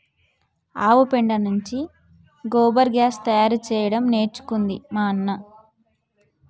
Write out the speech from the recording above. ఆవు పెండ నుండి గోబర్ గ్యాస్ తయారు చేయడం నేర్చుకుంది మా అన్న